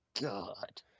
god